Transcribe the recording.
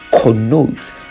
connotes